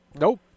Nope